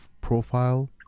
profile